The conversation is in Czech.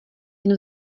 jen